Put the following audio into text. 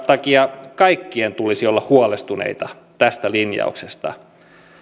takia kaikkien tulisi olla huolestuneita tästä linjauksesta